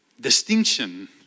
distinction